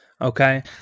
okay